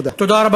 תודה רבה.